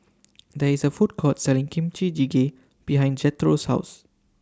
There IS A Food Court Selling Kimchi Jjigae behind Jethro's House